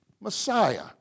Messiah